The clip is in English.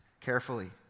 carefully